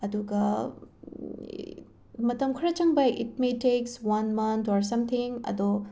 ꯑꯗꯨꯒ ꯃꯇꯝ ꯈꯔ ꯆꯪꯕ it may take one month or something ꯑꯗꯣ